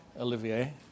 Olivier